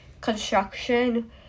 Construction